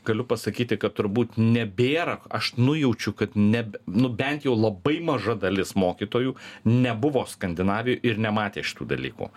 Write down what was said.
galiu pasakyti kad turbūt nebėra aš nujaučiu kad nebe nu bent jau labai maža dalis mokytojų nebuvo skandinavijoj ir nematė šitų dalykų